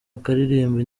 akaririmba